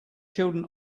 children